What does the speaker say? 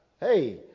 Hey